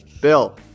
Bill